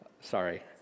Sorry